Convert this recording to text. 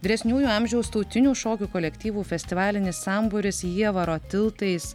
vyresniųjų amžiaus tautinių šokių kolektyvų festivalinis sambūris jievaro tiltais